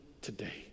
today